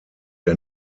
der